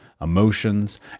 emotions